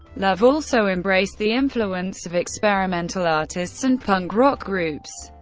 love also embraced the influence of experimental artists and punk rock groups,